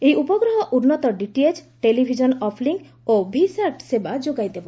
ଏହି ଉପଗ୍ରହ ଉନ୍ନତ ଡିଟିଏଚ୍ ଟେଲିଭିଜନ୍ ଅପ୍ଲିଙ୍କ୍ ଓ ଭିସ୍ୟାଟ୍ ସେବା ଯୋଗାଇଦେବ